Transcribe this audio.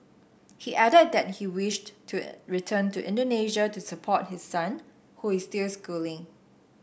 he added that he wished to return to Indonesia to support his son who is still schooling